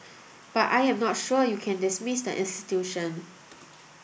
but I'm not sure you can dismiss the institution